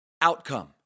outcome